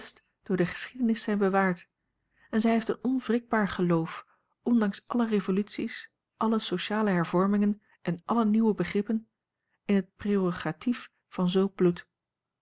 door de geschiedenis zijn bewaard en zij heeft een onwrikbaar geloof ondanks alle revoluties alle sociale hervormingen en alle nieuwe begrippen in het prerogatief van zulk bloed